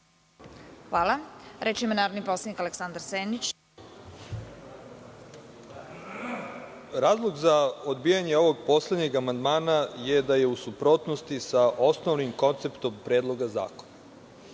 Aleksandar Senić. **Aleksandar Senić** Razlog za odbijanje ovog poslednjeg amandmana je da je u suprotnosti sa osnovnim konceptom predloga zakona,